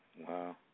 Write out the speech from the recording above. Wow